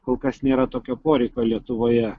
kol kas nėra tokio poreikio lietuvoje